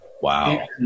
Wow